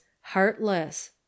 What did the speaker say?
heartless